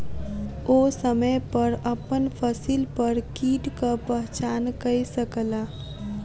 ओ समय पर अपन फसिल पर कीटक पहचान कय सकला